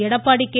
Edappadi K